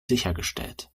sichergestellt